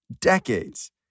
decades